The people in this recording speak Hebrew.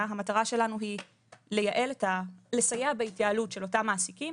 במטרה לסייע בהתייעלות של אותם מעסיקים,